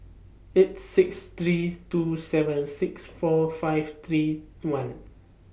eight six three two seven six four five three one